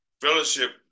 fellowship